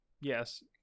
yes